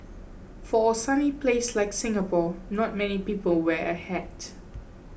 for a sunny place like Singapore not many people wear a hat